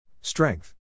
Strength